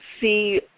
see